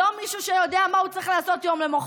לא מישהו שיודע מה הוא צריך לעשות יום למוחרת.